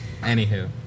Anywho